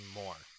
more